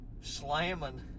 slamming